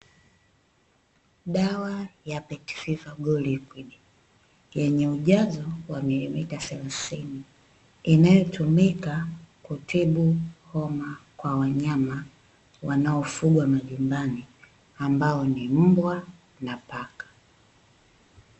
Dawa ya "PET FEVER GO LIWUID" ina ujazo wa milimita hamsini, inayotumika kutibu ho,a kwa wanyama wanao fugwa majumbani, ambao ni mbwa na paka